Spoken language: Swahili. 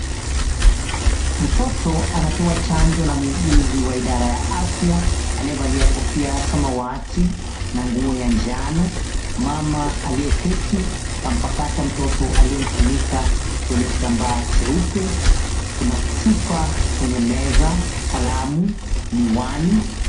Mtoto anapewa chanjo na muuguzi wa idara ya afya aliyevalia kofia ya samawati na nguo ya njano. Mama aliyeketi, kampakata mtoto aliyemfunika kwenye kitambaa cheupe. Kuna chupa kwenye meza, kalamu, miwani.